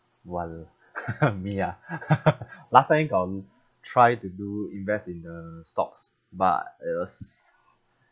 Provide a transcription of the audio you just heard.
wal~ me ah last time got try to do invest in the stocks but it was